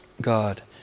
God